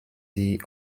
die